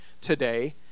today